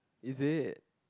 is it